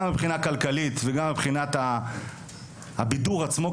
גם מבחינה כלכלית וגם מבחינת הבידור עצמו,